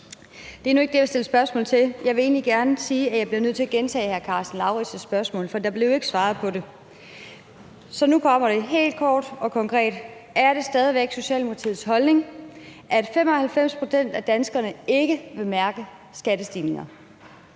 Det er nu ikke det, jeg vil stille spørgsmål til. Jeg vil egentlig gerne sige, at jeg bliver nødt til at gentage hr. Karsten Lauritzens spørgsmål, for der blev ikke svaret på det. Så nu kommer det helt kort og konkret: Er det stadig Socialdemokratiets holdning, at 95 pct. af danskerne ikke vil mærke skattestigninger?